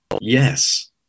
yes